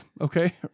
okay